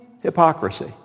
hypocrisy